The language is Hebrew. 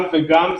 גם וגם,